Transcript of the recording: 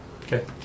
Okay